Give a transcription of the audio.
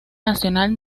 nacional